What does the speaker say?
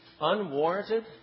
unwarranted